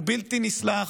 הוא בלתי נסלח,